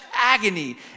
agony